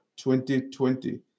2020